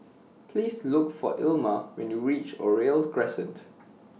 Please Look For Ilma when YOU REACH Oriole Crescent